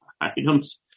items